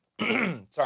Sorry